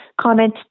comment